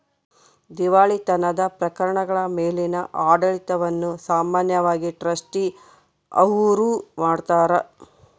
ದಿವಾಳಿತನದ ಪ್ರಕರಣಗಳ ಮೇಲಿನ ಆಡಳಿತವನ್ನು ಸಾಮಾನ್ಯವಾಗಿ ಟ್ರಸ್ಟಿ ಅವ್ರು ಮಾಡ್ತಾರ